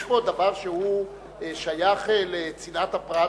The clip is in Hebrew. יש פה דבר ששייך לצנעת הפרט,